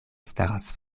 staras